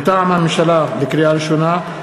לקריאה ראשונה,